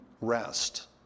rest